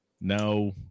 No